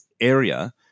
area